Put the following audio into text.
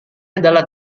adalah